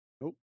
Nope